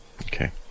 okay